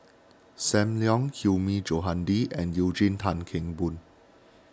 Sam Leong Hilmi Johandi and Eugene Tan Kheng Boon